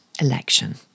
election